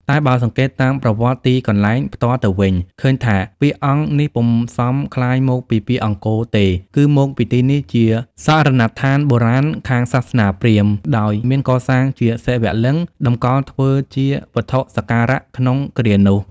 តែបើសង្កេត តាមប្រវត្តិទីកន្លែង ផ្ទាល់ទៅវិញ ឃើញថាពាក្យ "អង្គ" នេះពុំសមក្លាយមកពីពាក្យ "អង្គរ" ទេ គឺមកពីទីនេះជាសរណដ្ឋានបុរាណខាងសាសនាព្រាហ្មណ៍ដោយមានកសាងជាសិវលិង្គ តម្កល់ធ្វើជាវត្ថុសក្ការក្នុងគ្រានោះ ។